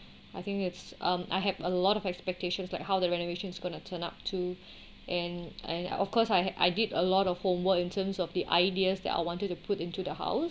I think it's um I had a lot of expectations like how the renovation is gonna turn up to and and of course I I did a lot of homework in terms of the ideas that I wanted to put into the house